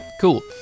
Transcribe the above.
Cool